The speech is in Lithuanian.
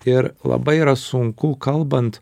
ir labai yra sunku kalbant